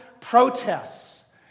protests